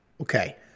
Okay